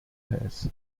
has